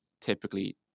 typically